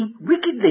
wickedly